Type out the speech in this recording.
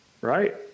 right